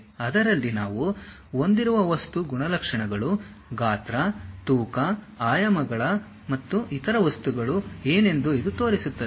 ಅದರಲ್ಲಿ ನಾವು ಹೊಂದಿರುವ ವಸ್ತು ಗುಣಲಕ್ಷಣಗಳು ಗಾತ್ರ ತೂಕ ಆಯಾಮಗಳು ಮತ್ತು ಇತರ ವಸ್ತುಗಳು ಏನೆಂದು ಇದು ತೋರಿಸುತ್ತದೆ